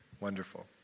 wonderful